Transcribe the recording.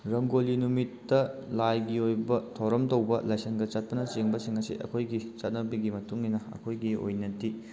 ꯔꯪꯒꯣꯂꯤ ꯅꯨꯃꯤꯠꯇ ꯂꯥꯏꯒꯤ ꯑꯣꯏꯕ ꯊꯧꯔꯝ ꯇꯧꯕ ꯂꯥꯏꯁꯪꯗ ꯆꯠꯄꯅ ꯆꯤꯡꯕꯁꯤꯡ ꯑꯁꯤ ꯑꯩꯈꯣꯏꯒꯤ ꯆꯠꯅꯕꯤꯒꯤ ꯃꯇꯨꯡ ꯏꯟꯅ ꯑꯩꯈꯣꯏꯒꯤ ꯑꯣꯏꯅꯗꯤ